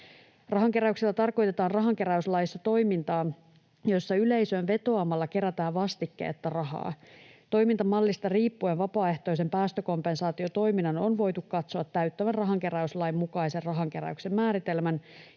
Rahankeräyksellä tarkoitetaan rahankeräyslaissa toimintaa, jossa yleisöön vetoamalla kerätään rahaa vastikkeetta. Toimintamallista riippuen vapaaehtoisen päästökompensaatiotoiminnan on voitu katsoa täyttävän rahankeräyslain mukaisen rahankeräyksen määritelmän,